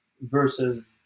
versus